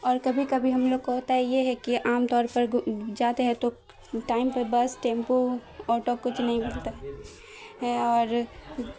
اور کبھی کبھی ہم لوگ کو ہوتا یہ ہے کہ عام طور پر جاتے ہیں تو ٹائم پہ بس ٹیمپو آٹو کچھ نہیں ملتا اور